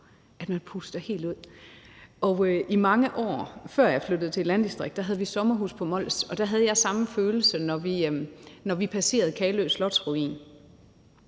pyh – puste helt ud. I mange år, før jeg flyttede til et landdistrikt, havde vi sommerhus på Mols, og der havde jeg samme følelse, når vi passerede Kalø Slotsruin.